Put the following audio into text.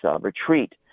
retreat